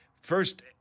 First